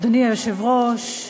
אדוני היושב-ראש,